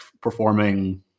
performing